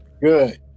good